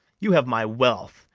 you have my wealth,